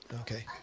Okay